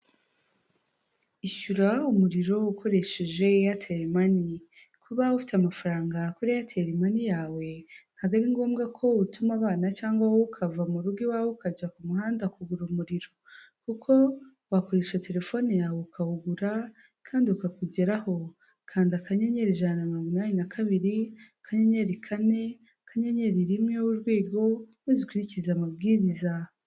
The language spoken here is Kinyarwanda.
Ishyura umuriro ukoresheje eyateri mani. Kuba ufite amafaranga kuri eyateri mani yawe ntabwo ari ngombwa ko utuma abana, cyangwa wowe ukava mu rugo iwawe ukajya ku muhanda kugura umuriro. Kuko wakoresha telefone yawe ukawugura kandi ukakugeraho. Kanda akanyenyeri ijana na mirongo inani na kabiri, akanyenyeri kane, akanyenyeri rimwe urwego, maze ukurikize amabwiriza.